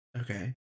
Okay